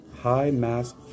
high-mass